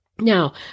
Now